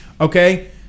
okay